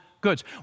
goods